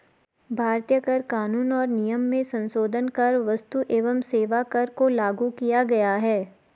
भारतीय कर कानून और नियम में संसोधन कर क्स्तु एवं सेवा कर को लागू किया गया है